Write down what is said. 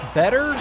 better